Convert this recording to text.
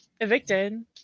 evicted